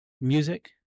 music